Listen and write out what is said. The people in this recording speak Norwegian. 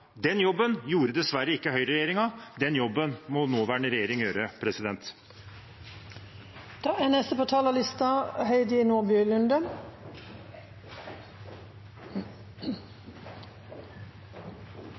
Den jobben gjorde dessverre ikke høyreregjeringen. Den jobben må nåværende regjering gjøre. Etter forrige talers innlegg gleder jeg meg allerede nå til neste